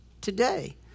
today